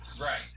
Right